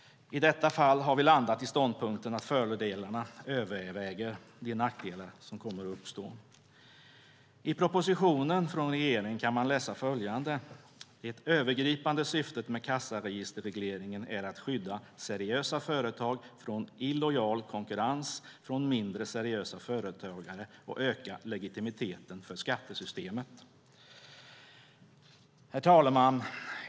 I detta fall har vi landat i ståndpunkten att fördelarna överväger de nackdelar som kommer att uppstå. I propositionen från regeringen kan man läsa följande: Det övergripande syftet med kassaregisterregleringen är att skydda seriösa företag från illojal konkurrens från mindre seriösa företagare och öka legitimiteten för skattesystemet. Herr talman!